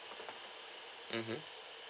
mmhmm